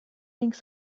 things